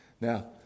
Now